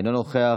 אינו נוכח,